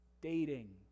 dating